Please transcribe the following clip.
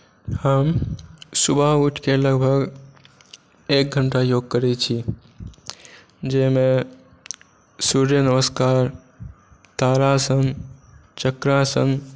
हम सुबह उठिके लगभग एक घण्टा योग करैत छी जाहिमे सूर्य नमस्कार तारासन चक्रासन